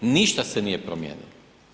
Ništa se nije promijenilo.